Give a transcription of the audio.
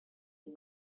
این